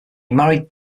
married